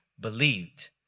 Believed